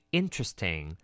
interesting